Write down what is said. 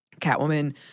Catwoman